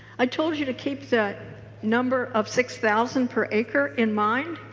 i told you to keep that number of six thousand per acre in mine.